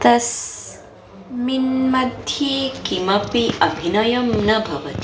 तस्मिन् मध्ये किमपि अभिनयं न भवति